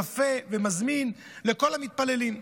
יפה ומזמין לכל המתפללים.